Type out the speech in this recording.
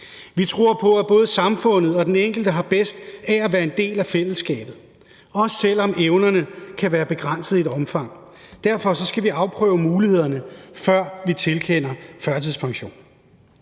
Vi tror på, at både samfundet og den enkelte har bedst af at være en del af fællesskabet, også selv om evnerne kan være begrænsede i omfang. Derfor skal vi afprøve mulighederne, før vi tilkender førtidspension.